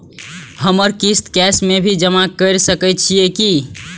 हमर किस्त कैश में भी जमा कैर सकै छीयै की?